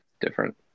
different